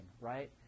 right